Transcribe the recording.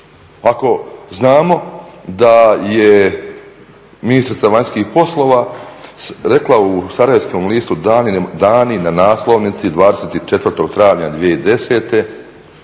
ako znamo da je ministrica vanjskih poslova rekla u sarajevskom listu "Dani" na naslovnici 24. travnja 2010.